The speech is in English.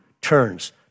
turns